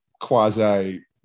quasi